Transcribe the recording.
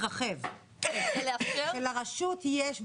יכולה בכל הרבדים של שרשרת הייצור בתכנון,